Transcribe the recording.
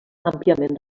àmpliament